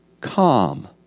Calm